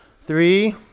Three